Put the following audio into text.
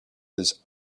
his